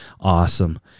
awesome